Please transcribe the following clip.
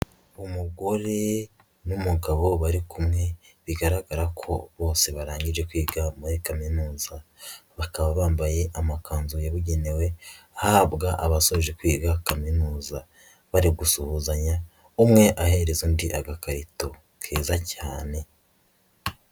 Umugore n'umugabo bari kumwe, bigaragara ko bose barangije kwiga muri Kaminuza, bakaba bambaye amakanzu yabugenewe ahabwa abasoje kwiga kaminuza, bari gusuhuzanya, umwe ahereza undi agakarito keza cyane.